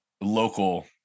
local